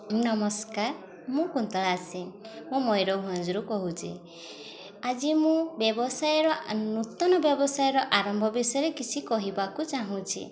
ନମସ୍କାର ମୁଁ କୁନ୍ତଳା ସିଂ ମୁଁ ମୟୂରଭଞ୍ଜରୁ କହୁଛି ଆଜି ମୁଁ ବ୍ୟବସାୟର ନୂତନ ବ୍ୟବସାୟର ଆରମ୍ଭ ବିଷୟରେ କିଛି କହିବାକୁ ଚାହୁଁଛି